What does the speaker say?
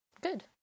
Good